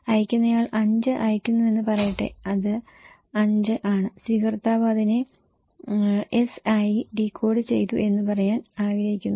അയയ്ക്കുന്നയാൾ 5 അയയ്ക്കുന്നുവെന്ന് പറയട്ടെ ഇത് 5 ആണ് സ്വീകർത്താവ് അതിനെ എസ് ആയി ഡീകോഡ് ചെയ്തു എന്ന് പറയാൻ ആഗ്രഹിക്കുന്നു